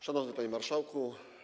Szanowny Panie Marszałku!